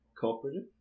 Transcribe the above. cooperative